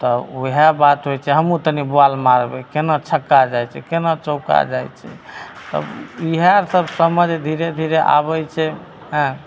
तऽ वएह बात होइ छै हमहूँ तनि बॉल मारबै कोना छक्का जाइ छै कोना चौका जाइ छै तब इएहसब समझ धीरे धीरे आबै छै हेँ